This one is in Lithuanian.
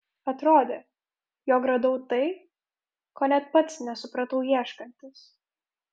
atrodė jog radau tai ko net pats nesupratau ieškantis